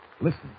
Listen